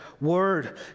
word